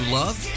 love